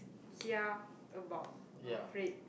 kia about afraid